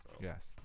Yes